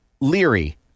leery